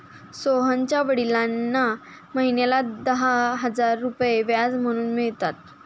सोहनच्या वडिलांना महिन्याला दहा हजार रुपये व्याज म्हणून मिळतात